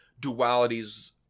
dualities